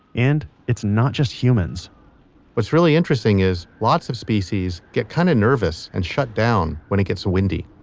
and it's not just humans what's really interesting is lots of species get kind of nervous and shut down when it gets windy.